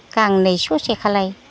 गांनै ससेखोलाय